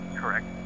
Correct